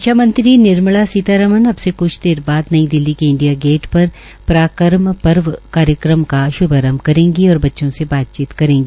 रक्षा मंत्री निर्मला रमण अब से कुछ देर बाद नई दिल्ली के इंडिया गेट पर पराक्रम पर्व कार्यक्रमका श्भारंभ करेगी और बच्चों से बातचीत करेगी